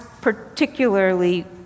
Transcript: particularly